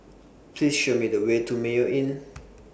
Please Show Me The Way to Mayo Inn